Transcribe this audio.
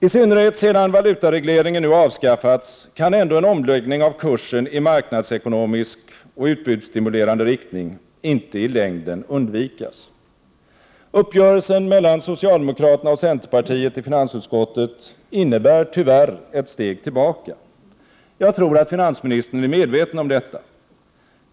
I synnerhet sedan valutaregleringen nu avskaffats kan ändå en omläggning av kursen i marknadsekonomisk och utbudsstimulerande riktning inte i längden undvikas. Uppgörelsen mellan socialdemokraterna och centerpartiet i finansutskottet innebär tyvärr ett steg tillbaka. Jag tror att finansministern är medveten om detta.